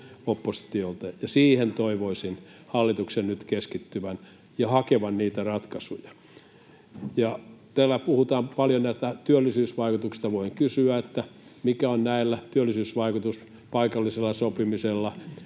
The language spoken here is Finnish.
ja siihen toivoisin hallituksen nyt keskittyvän ja hakevan niitä ratkaisuja. Täällä puhutaan paljon työllisyysvaikutuksista. Voin kysyä, mikä on näillä työllisyysvaikutus, paikallisella sopimisella,